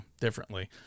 differently